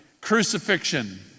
Crucifixion